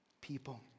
people